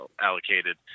allocated